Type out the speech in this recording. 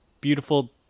beautiful